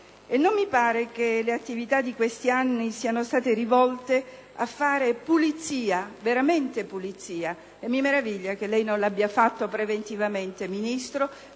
Non mi pare che le attività di questi anni siano state rivolte a fare pulizia, veramente pulizia, e mi meraviglia che lei non l'abbia fatto preventivamente, signor